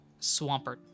Swampert